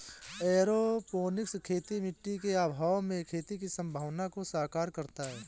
aeroponics खेती मिट्टी के अभाव में खेती की संभावना को साकार करता है